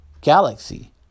galaxy